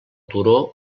turó